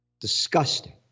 Disgusting